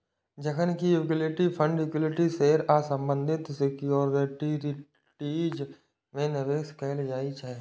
जखन कि equity fund equity share आ संबंधित सिक्योरिटीज मे निवेश कैल जाइ छै